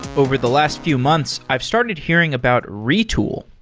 over the last few months, i've started hearing about retool.